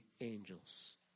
angels